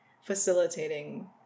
facilitating